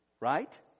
right